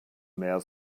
mehr